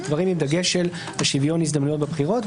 דברים עם דגש של שוויון הזדמנויות בבחירות.